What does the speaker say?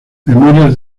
memorias